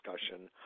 discussion